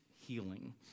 healing